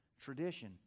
tradition